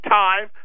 time